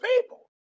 people